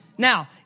Now